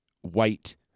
white